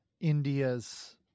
India's